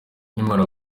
nkimara